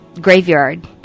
graveyard